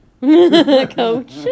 Coach